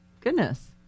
Goodness